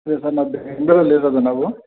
ಅದೆ ಸರ್ ನಾವು ಬೆಂಗಳೂರಲ್ಲಿರೋದು ನಾವು